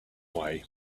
way